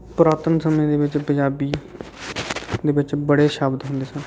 ਪੁਰਾਤਨ ਸਮੇਂ ਦੇ ਵਿੱਚ ਪੰਜਾਬੀ ਦੇ ਵਿੱਚ ਬੜੇ ਸ਼ਬਦ ਹੁੰਦੇ ਸਨ